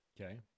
Okay